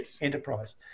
enterprise